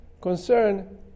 concern